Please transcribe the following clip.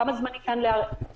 כמה זמן ניתן לערער?